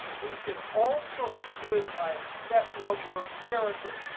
we can also split it by a set number of characters,